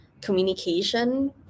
communication